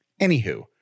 Anywho